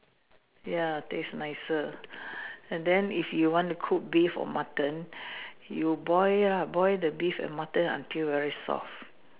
ya tastes nicer and then if you want to cook beef or Mutton you boil lah boil the beef and Mutton until very soft